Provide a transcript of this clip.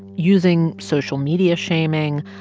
using social media shaming,